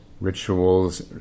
rituals